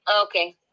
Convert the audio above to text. Okay